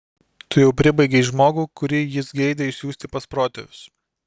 tu jau pribaigei žmogų kurį jis geidė išsiųsti pas protėvius